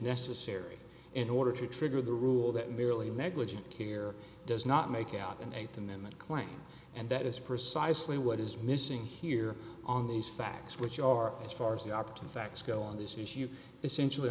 necessary in order to trigger the rule that merely negligent here does not make out and make them in that class and that is precisely what is missing here on these facts which are as far as the operative facts go on this issue essentially